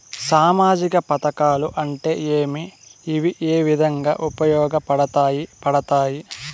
సామాజిక పథకాలు అంటే ఏమి? ఇవి ఏ విధంగా ఉపయోగపడతాయి పడతాయి?